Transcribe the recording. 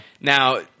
now